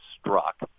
struck